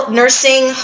nursing